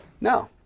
No